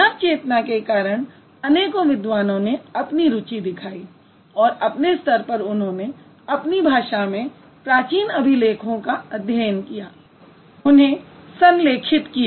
नवचेतना के कारण अनेकों विद्वानों ने अपनी रुचि दिखाई और अपने स्तर पर उन्होंने अपनी भाषा में प्राचीन अभिलेखों का अध्ययन किया उन्हें संलेखित किया